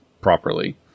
properly